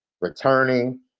returning